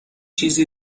چیزی